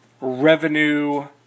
revenue